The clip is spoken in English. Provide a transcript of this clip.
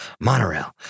Monorail